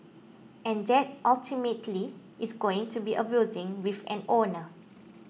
and that ultimately is going to be a building with an owner